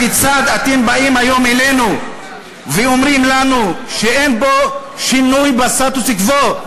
הכיצד אתם באים היום אלינו ואומרים לנו שאין פה שינוי בסטטוס קוו?